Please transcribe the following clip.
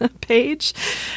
page